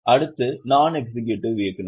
அடுத்து நாண் எக்ஸிக்யூடிவ் இயக்குநர்கள்